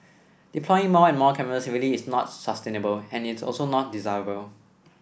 deploying more and more cameras really is not sustainable and it is also not desirable